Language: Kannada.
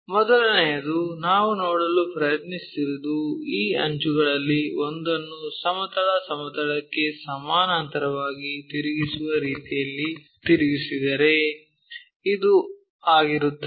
ಮೊದಲನೆಯದು ನಾವು ನೋಡಲು ಪ್ರಯತ್ನಿಸುತ್ತಿರುವುದು ಈ ಅಂಚುಗಳಲ್ಲಿ ಒಂದನ್ನು ಸಮತಲ ಸಮತಲಕ್ಕೆ ಸಮಾನಾಂತರವಾಗಿ ತಿರುಗಿಸುವ ರೀತಿಯಲ್ಲಿ ತಿರುಗಿಸಿದರೆ ಇದು ಆಗಿರುತ್ತದೆ